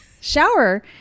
shower